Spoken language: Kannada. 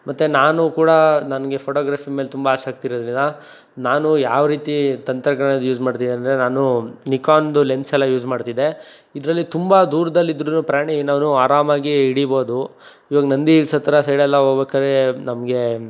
ಮತ್ತು ನಾನು ಕೂಡ ನನಗೆ ಫೋಟೋಗ್ರಫಿ ಮೇಲೆ ತುಂಬ ಆಸಕ್ತಿ ಇರೋದರಿಂದ ನಾನು ಯಾವರೀತಿ ತಂತ್ರಗಳನ್ನು ಯೂಸ್ ಮಾಡ್ತಿನಿ ಅಂದರೆ ನಾನು ನಿಕಾನ್ದು ಲೆನ್ಸೆಲ್ಲ ಯೂಸ್ ಮಾಡ್ತಿದ್ದೆ ಇದರಲ್ಲಿ ತುಂಬ ದೂರದಲ್ಲಿದ್ರೂ ಪ್ರಾಣಿ ನಾನು ಆರಾಮಾಗಿ ಹಿಡಿಬೋದು ಇವಾಗ ನಂದಿ ಹಿಲ್ಸ್ಹತ್ರ ಆ ಸೈಡೆಲ್ಲ ಹೋಬೇಕಾರೆ ನಮಗೆ